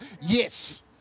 Yes